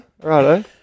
righto